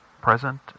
present